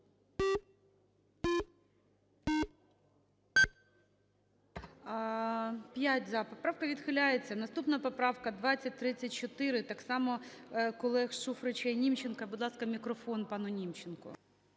За-5 Поправка відхиляється. Наступна поправка – 2034, так само колег Шуфрича і Німченка. Будь ласка, мікрофон пану Німченку.